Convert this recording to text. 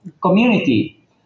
community